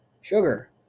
Sugar